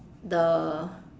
the